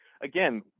again